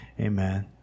amen